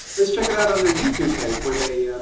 let's check it out on their youtube page, where they.